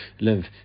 live